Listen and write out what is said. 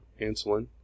insulin